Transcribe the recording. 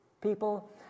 people